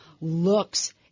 looks